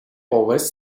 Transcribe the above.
always